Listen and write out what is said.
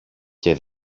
και